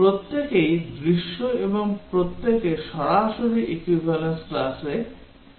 প্রত্যেকেই দৃশ্য এবং প্রত্যেকে সরাসরি equivalence classতে পরিণত হবে